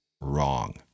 wrong